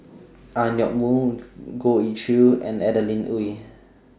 Ang Yoke Mooi Goh Ee Choo and Adeline Ooi